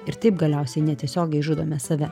ir taip galiausiai netiesiogiai žudome save